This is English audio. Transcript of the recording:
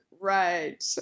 Right